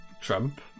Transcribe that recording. Trump